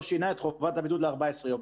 לא שינה את חובת הבידוד ל-14 יום.